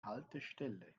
haltestelle